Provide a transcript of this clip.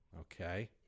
okay